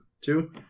Two